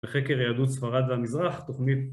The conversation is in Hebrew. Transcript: ‫בחקר יעדות ספרד והמזרח, ‫תוכנית...